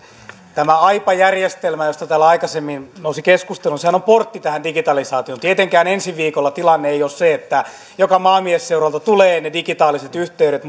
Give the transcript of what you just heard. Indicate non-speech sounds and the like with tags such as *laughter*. tämä aipa järjestelmä joka täällä aikaisemmin nousi keskusteluun sehän on portti tähän digitalisaatioon tietenkään ensi viikolla tilanne ei ole se että joka maamiesseuralta tulee ne digitaaliset yhteydet *unintelligible*